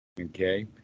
okay